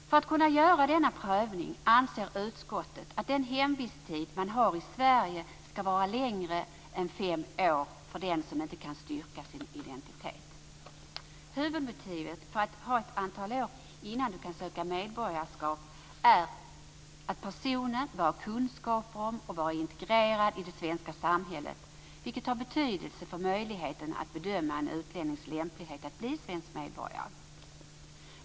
För att denna prövning skall kunna göras anser utskottet att den hemvisttid man har i Sverige skall vara längre än fem år för den som inte kan styrka sin identitet. Huvudmotivet för att ha ett antal år innan man kan söka medborgarskap är att personen bör ha kunskaper om och vara integrerad i det svenska samhället, vilket har betydelse för möjligheten att bedöma en utlännings lämplighet att bli svensk medborgare.